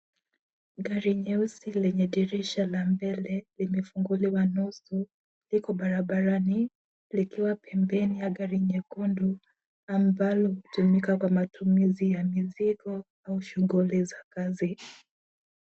Gari nyeusi lenye dirisha la mbele limefunguliwa nusu, liko barabarani likiwa pembeni ya gari nyekundu, ambalo hutumika kwa matumizi ya mizigo au shughuli za kazi.